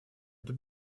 эту